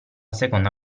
seconda